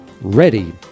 ready